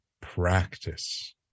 practice